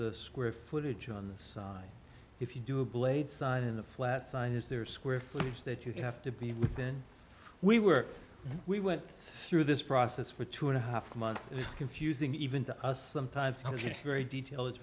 the square footage on the side if you do a blade side in the flat side is there square footage that you have to be then we were we went through this process for two and a half months it's confusing even to us sometimes it very detail i